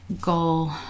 goal